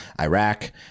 Iraq